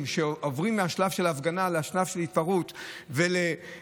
שעוברים מהשלב של ההפגנה לשלב של התפרעות ולפעולות